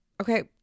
okay